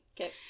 Okay